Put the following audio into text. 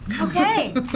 Okay